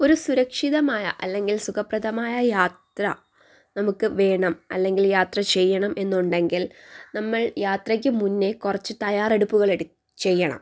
ഒരു സുരക്ഷിതമായ അല്ലെങ്കിൽ സുഖപ്രദമായ യാത്രാ നമുക്ക് വേണം അല്ലെങ്കിൽ യാത്ര ചെയ്യണം എന്നുണ്ടെങ്കിൽ നമ്മൾ യാത്രയ്ക്ക് മുന്നേ കുറച്ചു തയ്യാറെടുപ്പുകൾ എടുക്കണം ചെയ്യണം